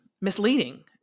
Misleading